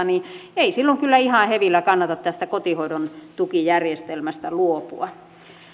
niin ei silloin kyllä ihan hevillä kannata tästä kotihoidon tukijärjestelmästä luopua